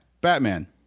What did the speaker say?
batman